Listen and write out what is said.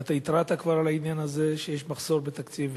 ואתה התרעת כבר על העניין הזה שיש מחסור בתקציב.